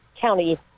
county